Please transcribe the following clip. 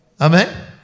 Amen